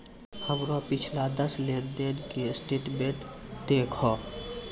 हमरो पिछला दस लेन देन के स्टेटमेंट देहखो